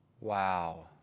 Wow